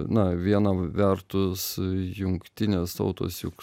na viena vertus jungtinės tautos juk